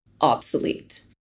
obsolete